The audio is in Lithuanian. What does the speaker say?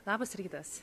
labas rytas